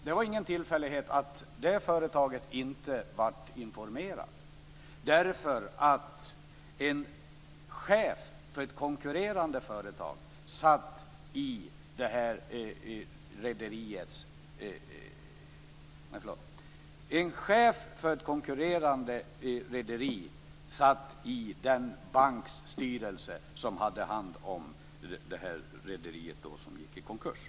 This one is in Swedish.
Det var ingen tillfällighet att det företaget inte blev informerat. En chef för ett konkurrerande rederi satt nämligen med i styrelsen för den bank som hade hand om det rederi som gick i konkurs.